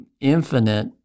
infinite